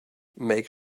make